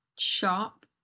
sharp